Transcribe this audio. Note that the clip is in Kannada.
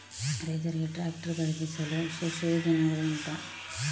ರೈತರಿಗೆ ಟ್ರಾಕ್ಟರ್ ಖರೀದಿಸಲು ವಿಶೇಷ ಯೋಜನೆಗಳು ಉಂಟಾ?